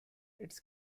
its